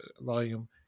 volume